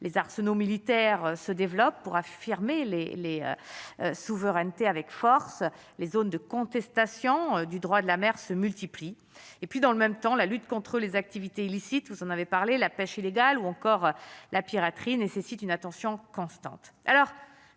les arsenaux militaires se développe pour affirmer les les souverainetés avec force les zones de contestation du droit de la mer se multiplient et puis dans le même temps, la lutte contre les activités illicites ou ça n'avait parlé la pêche illégale ou encore la piraterie nécessite une attention constante